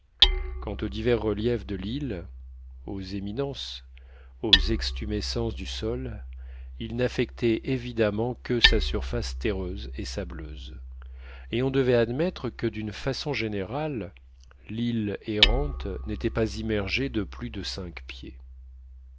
quant aux divers reliefs de l'île aux éminences aux extumescences du sol ils n'affectaient évidemment que sa surface terreuse et sableuse et on devait admettre que d'une façon générale l'île errante n'était pas immergée de plus de cinq pieds